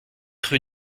rue